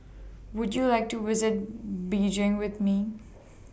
Would YOU like to visit Beijing with Me